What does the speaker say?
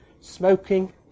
Smoking